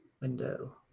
window